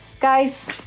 Guys